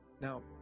Now